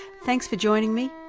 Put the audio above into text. thanks for joining me.